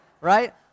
right